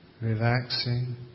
relaxing